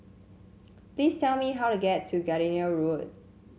please tell me how to get to Gardenia Road